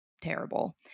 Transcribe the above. terrible